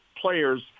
players